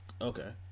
Okay